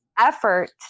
effort